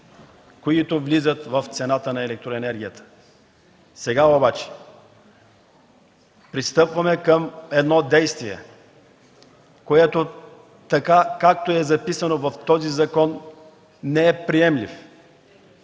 които влизат в цената на електроенергията. Сега обаче пристъпваме към действие, което, така както е записано в този закон, не е приемлив.